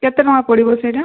କେତେ ଟଙ୍କା ପଡ଼ିବ ସେଇଟା